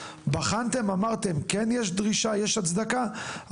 בחנתם את הדרישה ואמרתם שכן יש הצדקה לדרישה,